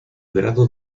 grado